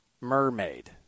Mermaid